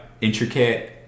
intricate